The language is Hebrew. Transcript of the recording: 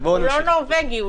הוא גם לא נורבגי.